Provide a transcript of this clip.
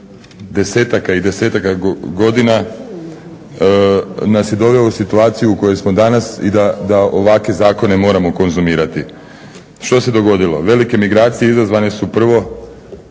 desetaka i desetaka godina nas je doveo u situaciju u kojoj smo danas i da ovakve zakone moramo konzumirati. Što se dogodilo? Velike migracije izazvane su prvo